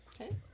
Okay